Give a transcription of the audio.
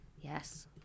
Yes